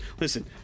listen